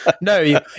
No